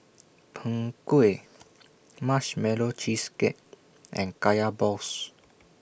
Png Kueh Marshmallow Cheesecake and Kaya Balls